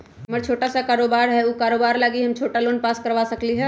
हमर छोटा सा कारोबार है उ कारोबार लागी हम छोटा लोन पास करवा सकली ह?